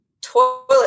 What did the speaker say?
toilet